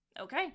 okay